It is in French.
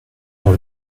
dans